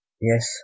Yes